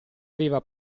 aveva